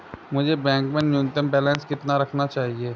मुझे बैंक में न्यूनतम बैलेंस कितना रखना चाहिए?